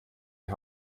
die